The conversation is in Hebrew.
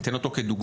אתן אותו כדוגמא,